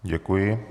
Děkuji.